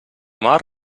mar